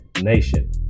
Nation